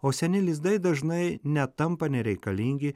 o seni lizdai dažnai net tampa nereikalingi